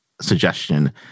suggestion